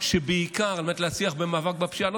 שבעיקר על מנת להצליח במאבק בפשיעה לא